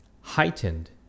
heightened